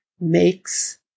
makes